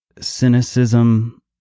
cynicism